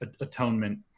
atonement